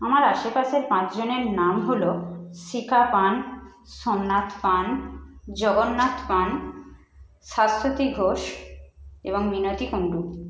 আমার আশেপাশের পাঁচ জনের নাম হলো শিখা পান সোমনাথ পান জগন্নাথ পান শাশ্বতী ঘোষ এবং মিনতি গাঙ্গুলী